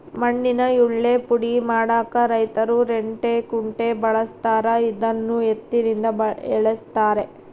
ಮಣ್ಣಿನ ಯಳ್ಳೇ ಪುಡಿ ಮಾಡಾಕ ರೈತರು ರಂಟೆ ಕುಂಟೆ ಬಳಸ್ತಾರ ಇದನ್ನು ಎತ್ತಿನಿಂದ ಎಳೆಸ್ತಾರೆ